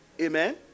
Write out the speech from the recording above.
Amen